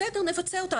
בסדר, נבצע אותה.